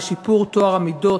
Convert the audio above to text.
לשיפור טוהר המידות,